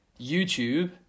YouTube